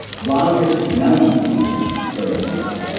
while you're smelling something, so for example,